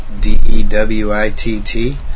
D-E-W-I-T-T